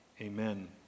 Amen